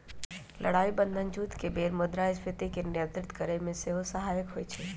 लड़ाइ बन्धन जुद्ध के बेर मुद्रास्फीति के नियंत्रित करेमे सेहो सहायक होइ छइ